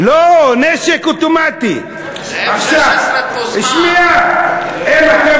מטוס F-18. לא, נשק אוטומטי.